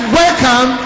welcome